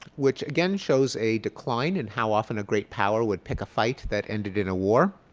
which again shows a decline in how often a great power would pick a fight that ended in war.